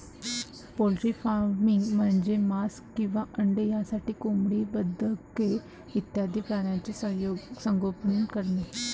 poultry farming म्हणजे मांस किंवा अंडी यासाठी कोंबडी, बदके इत्यादी प्राण्यांचे संगोपन करणे